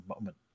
moment